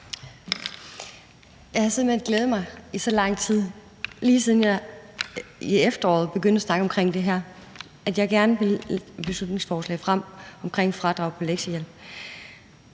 Jeg har simpelt hen glædet mig i så lang tid – lige siden jeg i efteråret begyndte at snakke om, at jeg gerne ville fremsætte et beslutningsforslag om fradrag på lektiehjælp.